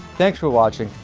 thanks for watching.